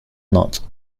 nut